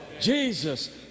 Jesus